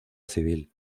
civil